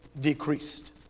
decreased